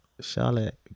Charlotte